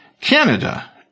Canada